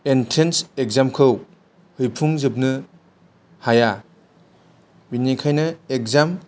entrance एगजामखौ लिरफुंजोबनो हाया बेनिखायनो एगजाम